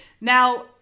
now